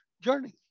journey